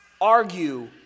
argue